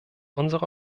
unsere